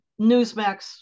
Newsmax